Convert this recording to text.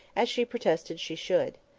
as she protested she should.